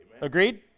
agreed